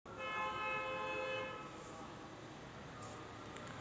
अनेक देश जंगलांचा विकास करण्यासाठी वनीकरण अभियंते वापरत आहेत